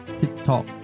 TikTok